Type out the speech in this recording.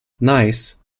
nice